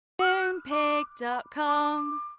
Moonpig.com